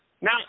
Now